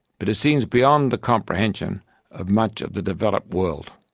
but it seems beyond the comprehension of much of the developed world.